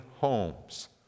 homes